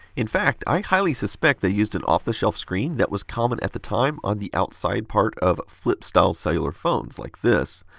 in fact, i highly suspect they used an off-the-shelf screen that was common at the time on the outside part of the flip style cellular phones, like this.